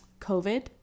COVID